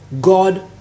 God